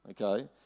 Okay